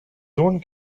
sohn